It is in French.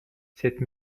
cette